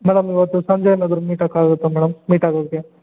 madam ಇವತ್ತು ಸಂಜೆ ಏನಾದರೂ ಮೀಟಾಕ್ ಆಗುತ್ತಾ ಮೇಡಮ್ ಮೀಟ್ ಆಗೋಕ್ಕೆ